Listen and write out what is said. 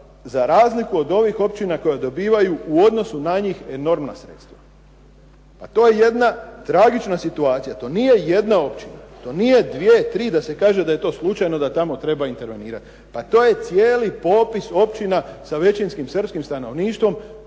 za razliku od ovih općina koje dobivaju u odnosu na njih enormna sredstva. Pa to je jedna tragična situacija. To nije jedna općina. To nije dvije, tri da se kaže da je to slučajno da se tamo treba intervenirati. Pa to je cijeli popis općina sa većinskim Srpskim stanovništvom.